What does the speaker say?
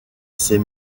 ses